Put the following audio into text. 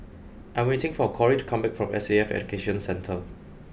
I am waiting for Corrie to come back from S A F Education Centre